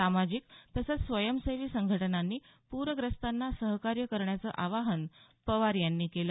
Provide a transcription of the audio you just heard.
सामाजिक तसंच स्वयंसेवी संघटनांनी पूरग्रस्तांना सहकार्य करण्याचं आवाहन पवार यांनी केलं